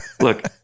Look